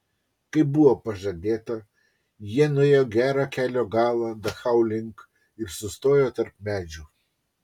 kaip buvo pažadėta jie nuėjo gerą kelio galą dachau link ir sustojo tarp medžių